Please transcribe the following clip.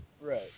Right